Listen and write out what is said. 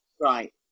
Right